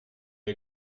pas